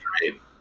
great